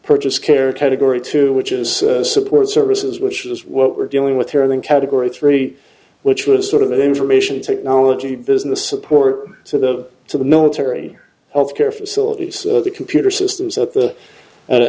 purchase care category two which is support services which is what we're dealing with here in category three which was sort of information technology business support to the to the military health care facilities so the computer systems at the